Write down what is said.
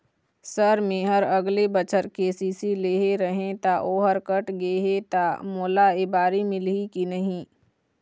Sir मेहर अगले बछर के.सी.सी लेहे रहें ता ओहर कट गे हे ता मोला एबारी मिलही की नहीं?